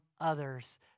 others